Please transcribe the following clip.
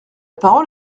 parole